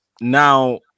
Now